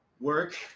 Work